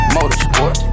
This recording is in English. Motorsport